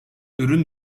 ürün